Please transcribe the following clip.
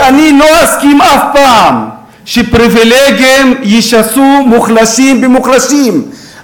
ואני לא אסכים אף פעם שפריבילגיים ישסו מוחלשים במוחלשים.